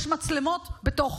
יש מצלמות בתוך,